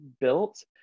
built